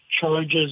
charges